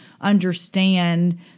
understand